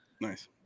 nice